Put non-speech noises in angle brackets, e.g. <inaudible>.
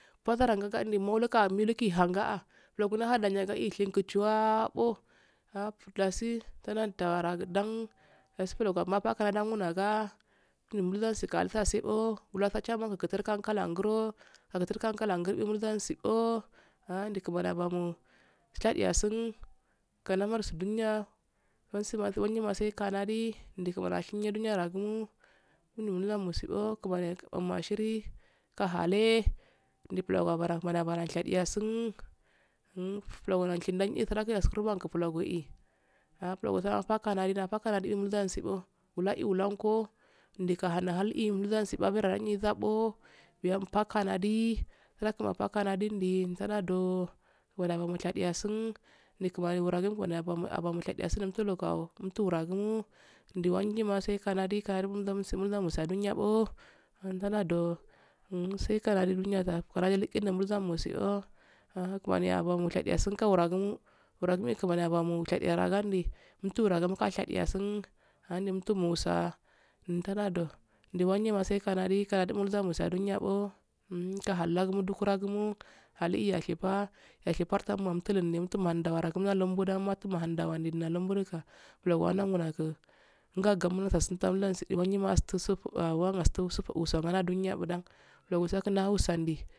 Bazarangagadinimekaha millugi hansa'a bulongu ndahadanyi si yishingi chuwabo <hesitation> dasi tanan tawara ngudan dasi bulan ga mapaka ndan gu ndagaa mubulon mufhasi ga nlifal scbo bulanso chamman guturkan kaffla ngulto haafun kankala ngirbiyo mur dansi gubo handi kirmani yabamu shadiysnsun sa lamarsun duniya bulansi ma banya ma sai kanadi ndi kumani a shenyo duniys ro agumo ndu lumaroso di bo kummani yabarro ashiri gi kahaleh neh bulara kumani yabadan shadiyansun <hesitation> bulan nashidanyi suranghi askul nobaran bulanguyi <hesitation> bulan so apa kanadi surakn apan kamandi yi nde sanado kumani yabomo shadiya sun nikumani wuragu kumani yabami abami shadiyan sunnol nufulo gam mtul woragarnondu wangi ma sai kanadi kanadi mbu mutsi munyabo hantano do <hesitation> kumayi yabamu shadiony kagarasumo huragoma e kumani yabamu shadiya a san gi mutu wara gamo muka shadiyen sun ahdi mutu musa huntadedo ndu wanye ma sai kanadi karnadi ye nulzaabumo adumiysbo <hesitation> muta haladu rogumo halye yukepa yashepa takno mutulundi mutunly ndawargu muldanlu du garkan ndali nomburaka bulan nowanyiu ndi gu ngagamu nasatu nadugulyi ma astufu wan astufu wasa yandunyal builan bulauso ngunya wusaridi.